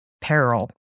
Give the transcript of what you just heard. peril